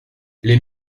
les